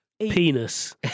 penis